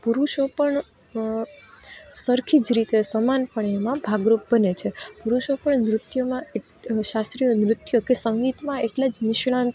પુરુષો પણ સરખી જ રીતે સમાન પણ એમાં ભાગરૂપ બને છે પુરુષો પણ નૃત્યોમાં એટ શાસ્ત્રીય નૃત્ય કે સંગીતમાં એટલા જ નિષ્ણાંત